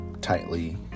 tightly